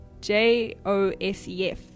J-O-S-E-F